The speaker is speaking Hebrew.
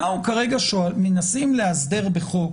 אנחנו מנסים כרגע לאסדר בחוק